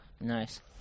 Nice